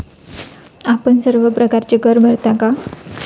आपण सर्व प्रकारचे कर भरता का?